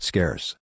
Scarce